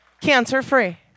cancer-free